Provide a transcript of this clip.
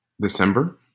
December